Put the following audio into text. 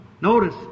Notice